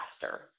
faster